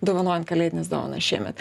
dovanojant kalėdines dovanas šiemet